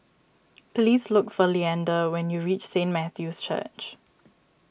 please look for Leander when you reach Saint Matthew's Church